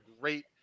great